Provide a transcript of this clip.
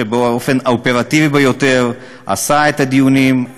שבאופן האופרטיבי ביותר קיים את הדיונים,